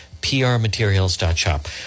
prmaterials.shop